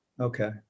Okay